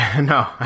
No